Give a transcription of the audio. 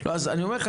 אז אני אומר לך,